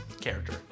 character